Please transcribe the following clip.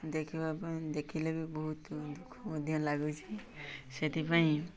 ଦେଖିବା ପାଇଁ ଦେଖିଲେ ବି ବହୁତ ମଧ୍ୟ ଲାଗୁଛି ସେଥିପାଇଁ